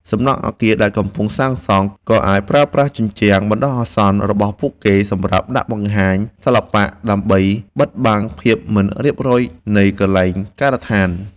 សំណង់អគារដែលកំពុងសាងសង់ ក៏អាចប្រើប្រាស់ជញ្ជាំងបណ្ដោះអាសន្នរបស់ពួកគេសម្រាប់ដាក់បង្ហាញសិល្បៈ ដើម្បីបិទបាំងភាពមិនរៀបរយនៃកន្លែងការដ្ឋាន។